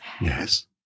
Yes